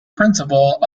principle